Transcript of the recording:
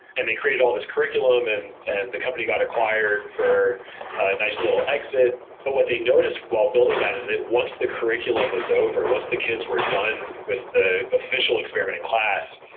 and they created all these curriculum and and the company got acquired for a nice little exit. but what they noticed while building that is that once the curriculum was over, once the kids were done with the official experiment in class,